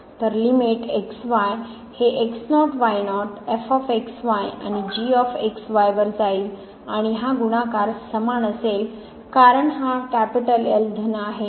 तर limit x y हे आणि g x y वर जाईल आणि हा गुणाकार समान असेल कारण हा L धन आहे